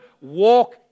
walk